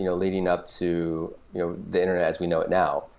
you know leading up to you know the internet as we know it now,